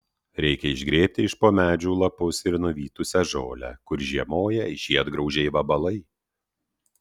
reikia išgrėbti iš po medžių lapus ir nuvytusią žolę kur žiemoja žiedgraužiai vabalai